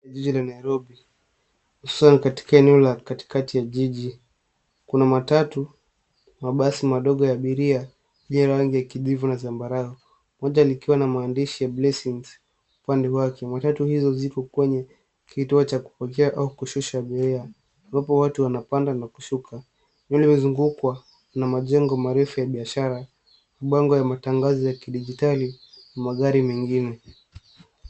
Jiji la Nairobi hususan katika eneo la katikati ya jiji kuna matatu na mabasi madogo ya abiria yenye rangi ya kijivu na zambarau, moja likiwa na maandishi ya blessings upande wake. Matatu hizo ziko kwenye kituo cha kupakia au kushusha abiria ambapo watu wanapanda na kushuka, eneo limezungukwa na majengo marefu ya biashara na bango ya matangano ya kidigitali na magari mengine.